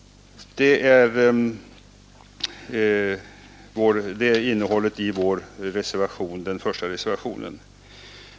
Det är innehållet i reservationen 1 a.